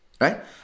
right